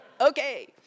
Okay